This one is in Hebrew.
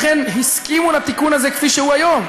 לכן הסכימו לתיקון הזה כפי שהוא היום.